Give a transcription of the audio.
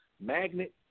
magnet